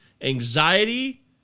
anxiety